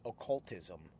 occultism